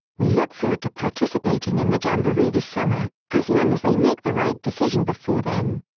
we look forward to participating in the jamboree this summer, as long as they make the right decision before then.